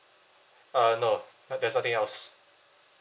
uh no there's nothing else